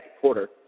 quarter